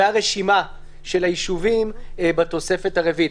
והרשימה של היישובים בתוספת הרביעית,